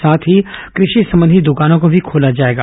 साथ ही कृषि संबंधी दकानों को भी खोला जाएगी